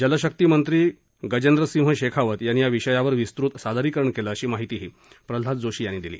जलशक्ती मंत्री गजेंद्र सिंह शेखावत यांनी या विषयावर विस्तृत सादरीकरण केलं अशी माहिती प्रल्हाद जोशी यांनी दिली